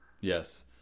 Yes